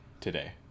today